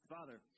Father